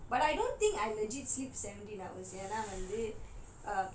but I don't think I legit slept seventeen hours ஏன்னா வந்து:yenna vanthu